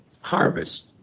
harvest